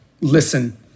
listen